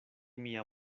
mia